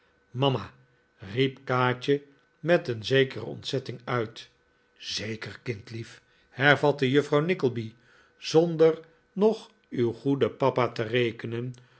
mama riep kaatje met een zekere ontzetting uit zeker kindlief hervatte juffrouw nickleby zonder nog uw goeden papa te rekenen